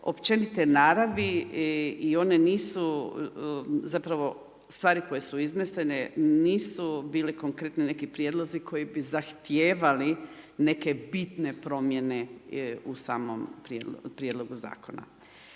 općenite naravi i one nisu, zapravo, stvari koje su iznesene nisu bili konkretni neki prijedlozi koji bi zahtijevali neke bitne promjene u samom prijedlogu zakona.